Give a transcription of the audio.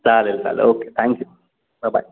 चालेल चालेल okay thank you ब बाय